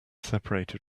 separated